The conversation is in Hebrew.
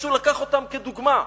שמישהו לקח אותם כדוגמה,